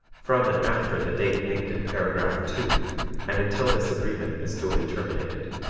from and after the date named in paragraph two and until this agreement is duly terminated.